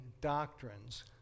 doctrines